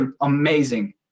amazing